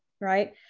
right